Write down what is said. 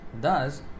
Thus